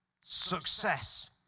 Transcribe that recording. Success